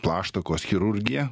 plaštakos chirurgija